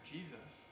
Jesus